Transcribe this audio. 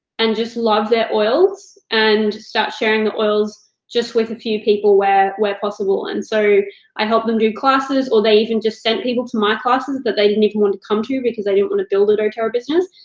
and just love their oils and start sharing the oils just with a few people where where possible, and so i helped them do classes, or they even just sent people to my classes that they didn't even want to come to, because they didn't want to build their doterra business,